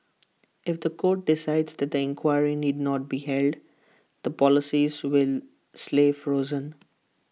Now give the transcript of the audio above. if The Court decides that the inquiry need not be held the policies will slay frozen